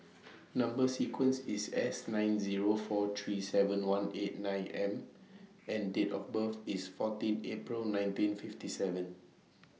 Number sequence IS S nine Zero four three seven one eight M and Date of birth IS fourteen April nineteen fifty seven